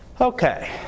Okay